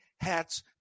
hats